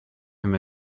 him